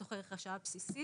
בתוך ערך השעה הבסיסי